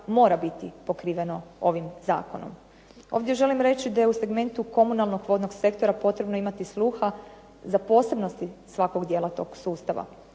mora biti pokriveno ovim zakonom. Ovdje želim reći da je u segmentu komunalnog vodnog sektora potrebno imati sluha za posebnosti svakog dijela tog sustava.